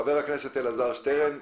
חבר הכנסת אלעזר שטרן, בבקשה.